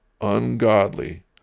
ungodly